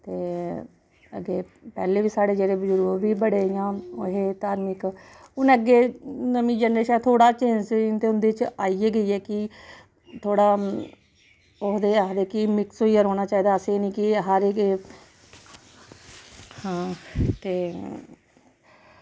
ते अग्गे पैह्ले वी साढ़े जेह्ड़े बजुर्ग ओह्बी बड़े इ'यां ओह् हे धार्मिक हून अग्गे नमीं जनरेशन ऐ थोह्ड़ा चेंज ते उंदे च आई गै गेई ऐ कि थोह्ड़ा ओह् एह् आखदे कि मिक्स होईयै रौह्ना चाहिदा असें एह् निं कि हर इक ते